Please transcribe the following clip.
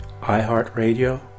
iHeartRadio